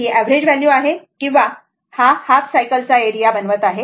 ही average value आहे किंवा हा हाफ सायकल चा एरिया बनवत आहे